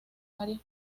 áreas